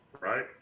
right